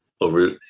over